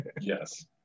yes